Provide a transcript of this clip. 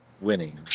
winning